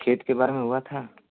खेत के बारे में हुआ था